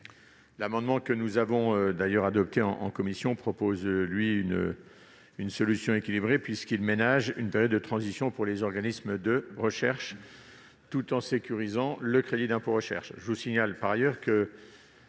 L'amendement que nous avons adopté en commission tend à proposer une solution équilibrée puisqu'il ménage une période de transition pour les organismes de recherche, tout en sécurisant le crédit d'impôt recherche. Par ailleurs,